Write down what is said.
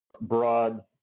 broad